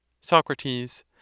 Socrates